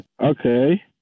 Okay